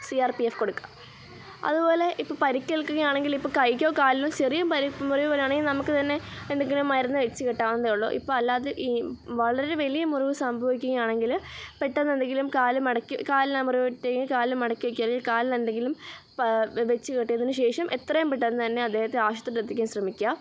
C R P F കൊടുക്കുക അതുപോലെ ഇപ്പോള് പരിക്കേൽക്കുകയാണെങ്കിലിപ്പോള് കൈക്കോ കാലിനോ ചെറിയ പരി മുറിവ് വരുകയാണെങ്കില് നമുക്ക് തന്നെ കൊണ്ടിങ്ങനെ മരുന്നു വച്ചു കെട്ടാവുന്നതേ ഉള്ളു ഇപ്പോള് അല്ലാതെ ഈ വളരെ വലിയ മുറിവ് സംഭവിക്കുകയാണങ്കില് പെട്ടന്നെന്തെങ്കിലും കാല് മടക്കി കാലിനാണു മുറിവ് പറ്റിയതെങ്കില് കാല് മടക്കിവയ്ക്കുക അല്ലെങ്കിൽ കാലിനെന്തെങ്കിലും പ വച്ചു കെട്ടിയതിനുശേഷം എത്രയും പെട്ടെന്നുതന്നെ അദ്ദേഹത്തെ ആശുപത്രിയിലെത്തിക്കാൻ ശ്രമിക്കുക